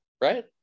right